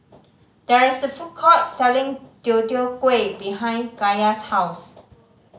there is a food court selling Deodeok Gui behind Kaya's house